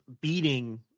beating